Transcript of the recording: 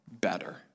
better